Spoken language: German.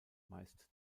meist